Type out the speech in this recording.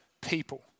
people